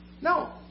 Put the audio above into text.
No